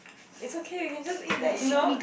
is okay we can just eat that you know